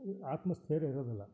ಈ ಆತ್ಮಸ್ಥೈರ್ಯ ಇರೋದಿಲ್ಲ